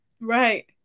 right